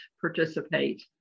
participate